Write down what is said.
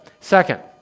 Second